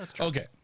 okay